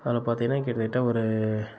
அதில் பார்த்திங்கன்னா கிட்டத்திட்ட ஒரு